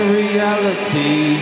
reality